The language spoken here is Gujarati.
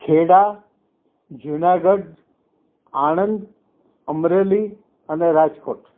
ખેડા જુનાગઢ આણંદ અમરેલી અને રાજકોટ